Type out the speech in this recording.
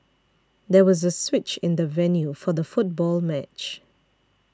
there was a switch in the venue for the football match